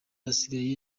asigaye